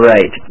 Right